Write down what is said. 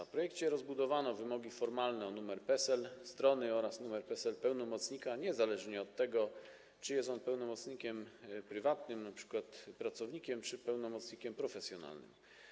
W projekcie rozszerzone zostały wymogi formalne o numer PESEL strony oraz numer PESEL pełnomocnika, niezależnie od tego, czy jest on pełnomocnikiem prywatnym, np. pracownikiem, czy pełnomocnikiem profesjonalnym.